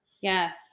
Yes